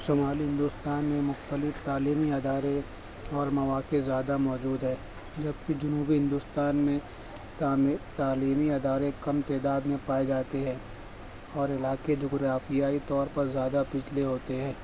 شمالی ہندوستان میں مختلف تعلیمی ادارے اور مواقع زیادہ موجود ہے جب کہ جنوبی ہندوستان میں تعمیر تعلیمی ادارے کم تعداد میں پائے جاتی ہے اور علاقے جغرافیائی طور پر زیادہ پچھلے ہوتے ہیں